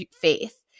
faith